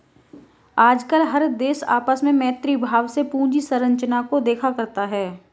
आजकल हर देश आपस में मैत्री भाव से पूंजी संरचना को देखा करता है